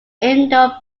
indoor